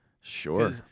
sure